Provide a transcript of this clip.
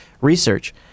research